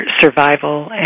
survival